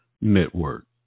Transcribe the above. Network